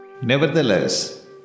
Nevertheless